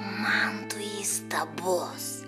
man tu įstabus